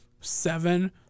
seven